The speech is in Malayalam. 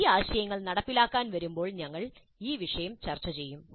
ഈ ആശയങ്ങൾ നടപ്പിലാക്കാൻ വരുമ്പോൾ ഞങ്ങൾ ഈ വിഷയം ചർച്ച ചെയ്യും